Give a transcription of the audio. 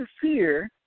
fear